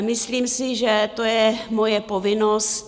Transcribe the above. Myslím si, že to je moje povinnost.